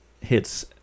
hits